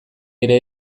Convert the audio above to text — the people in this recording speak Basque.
ere